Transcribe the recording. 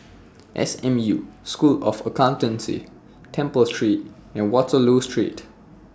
S M U School of Accountancy Temple Street and Waterloo Street